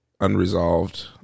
unresolved